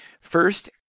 First